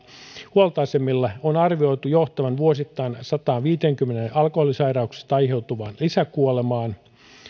huoltoasemille on arvioitu johtavan vuosittain sataanviiteenkymmeneen alkoholisairauksista aiheutuvaan lisäkuolemaan